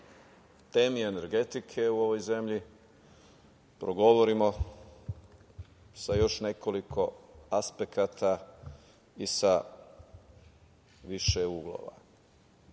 temi energetike u ovoj zemlji progovorimo sa još nekoliko aspekata i sa više uglova. Ono